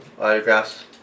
autographs